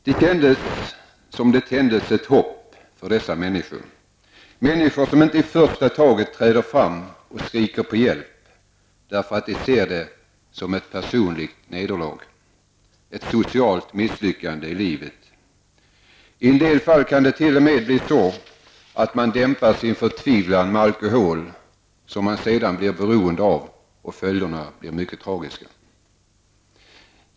Det kändes som om det tändes ett hopp för dessa människor, människor som inte i första taget träder fram och skriker på hjälp, därför att de ser det som ett personligt nederlag, ett socialt misslyckande i livet. I en del fall kan det t.o.m. bli så, att man dämpar sin förtvivlan med alkohol, som man sedan blir beroende av, följderna blir då mycket tragiska.